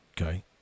okay